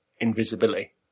invisibility